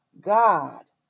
God